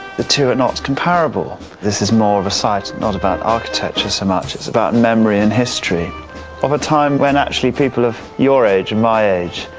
the two are not comparable. this is more of a site not about architecture so much, it's about memory and history of a time when actually, people of your age, my age,